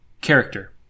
character